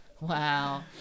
Wow